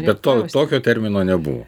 be to tokio termino nebuvo